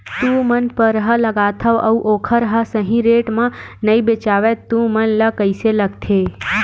तू मन परहा लगाथव अउ ओखर हा सही रेट मा नई बेचवाए तू मन ला कइसे लगथे?